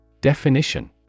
Definition